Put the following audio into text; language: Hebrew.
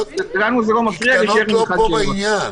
כי קטנות לא פה בעניין.